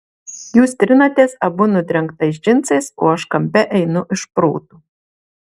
jūs trinatės abu nudrengtais džinsais o aš kampe einu iš proto